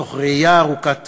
תוך ראייה ארוכת טווח,